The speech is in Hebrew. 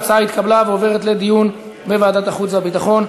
ההצעה התקבלה ועוברת לדיון בוועדת החוץ והביטחון.